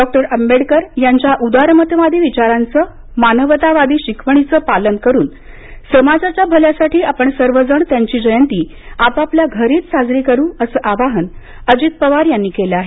डॉ आंबेडकर यांच्या उदारमतवादी विचारांचं मानवतावादी शिकवणींचं पालन करुन समाजाच्या भल्यासाठी आपण सर्वजण त्यांची जयंती आपापल्या घरीच साजरी करु असं आवाहन अजित पवार यांनी केलं आहे